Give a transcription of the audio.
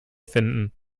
finden